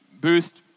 boost